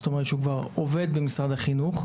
זאת אומרת שהוא כבר עובד במשרד החינוך,